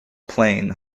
plain